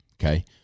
Okay